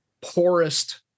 poorest